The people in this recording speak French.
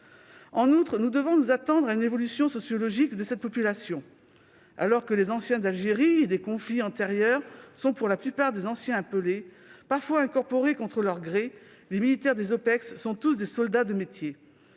En outre, nous devons nous attendre à une évolution sociologique de cette population. Alors que les anciens d'Algérie et des conflits antérieurs sont, pour la plupart, d'anciens appelés, parfois incorporés contre leur gré, les militaires des OPEX sont tous des soldats de métier.